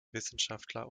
wissenschaftler